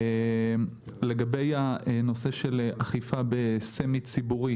לגבי נושא אכיפה בסמי ציבורי